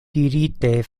dirite